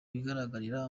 bigaragarira